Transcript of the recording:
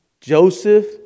Joseph